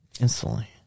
instantly